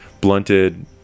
blunted